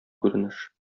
күренеш